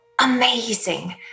amazing